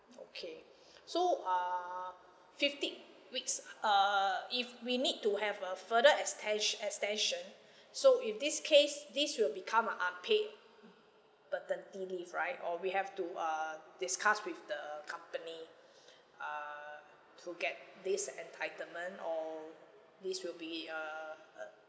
okay so err fifty weeks err if we need to have a further extensi~ extension so if this case this will become a unpaid maternity leave right or we have to uh discuss with the company err to get this entitlement or this will be err